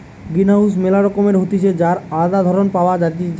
greenhouse ম্যালা রকমের হতিছে যার আলদা ধরণ পাওয়া যাইতেছে